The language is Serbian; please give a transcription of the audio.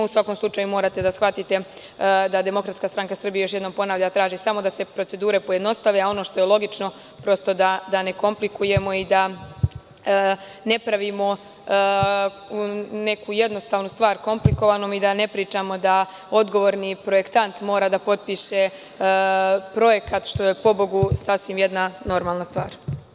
U svakom slučaju morate da shvatite da Demokratska stranka Srbije, još jednom ponavljam, traži samo da se procedura pojednostavi, a ono što je logično prosto da ne komplikujemo i da ne pravimo neku jednostavnu stvar komplikovanom i da ne pričamo da odgovorni projektant mora da potpiše projekat, što je pobogu sasvim jedna normalna stvar.